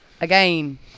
Again